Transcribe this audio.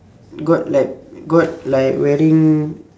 got like got like wearing